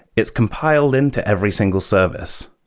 it's compiled into every single service.